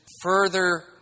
further